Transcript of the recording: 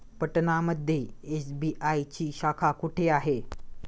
पटना मध्ये एस.बी.आय ची शाखा कुठे आहे?